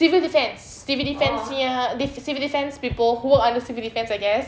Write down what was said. civil defence civil defence punya civil defence people who work under civil defence I guess